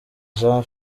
jean